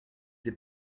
des